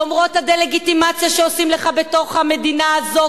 למרות הדה-לגיטימציה שעושים לך בתוך המדינה הזאת,